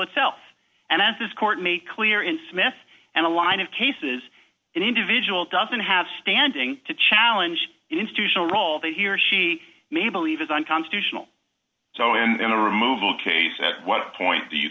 itself and as this court made clear in smith and a line of cases an individual doesn't have standing to challenge institutional role that he or she may believe is unconstitutional so in the removal case at what point do you